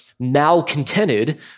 malcontented